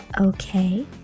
Okay